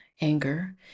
anger